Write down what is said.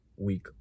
week